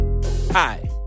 Hi